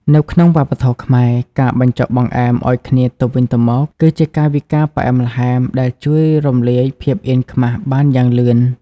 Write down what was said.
នៅក្នុងវប្បធម៌ខ្មែរ ការបញ្ចុកបង្អែមឱ្យគ្នាទៅវិញទៅមក គឺជាកាយវិការផ្អែមល្ហែមដែលជួយរំលាយភាពអៀនខ្មាសបានយ៉ាងលឿន។